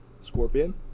Scorpion